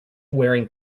wearing